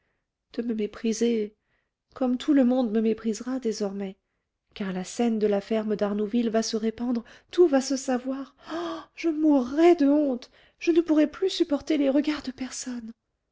de me mépriser comme tout le monde me méprisera désormais car la scène de la ferme d'arnouville va se répandre tout va se savoir oh je mourrai de honte je ne pourrai plus supporter les regards de personne